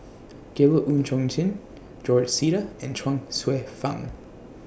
Gabriel Oon Chong Jin George Sita and Chuang Hsueh Fang